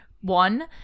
one